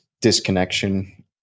disconnection